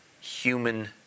human